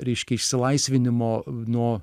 reiškia išsilaisvinimo nuo